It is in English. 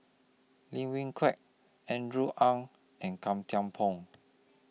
Lim Wee Kiak Andrew Ang and Gan Thiam Poh